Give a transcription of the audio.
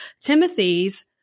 Timothy's